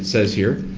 says here,